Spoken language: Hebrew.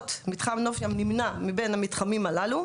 לרבות מתחם נוף ים נמנה מבין המתחמים הללו,